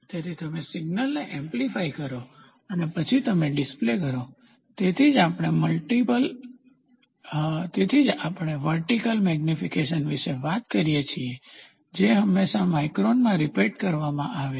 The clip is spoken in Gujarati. તેથી તમે સિગ્નલને એમ્પ્લીફાઇ કરો અને પછી તમે ડીસ્પ્લે કરો તેથી જ આપણે વર્ટિકલ મેગ્નિફિકેશન વિશે વાત કરીએ છીએ જે હંમેશા માઇક્રોનમાં રીપોર્ટ કરવામાં આવશે